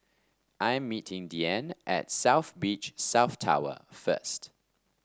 I am meeting Deanne at South Beach South Tower first